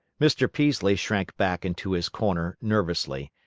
mr. peaslee shrank back into his corner nervously.